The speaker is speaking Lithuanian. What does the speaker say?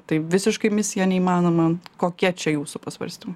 tai visiškai misija neįmanoma kokie čia jūsų pasvarstymai